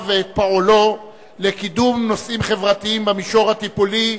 ואת פועלו לקידום נושאים חברתיים במישור הטיפולי,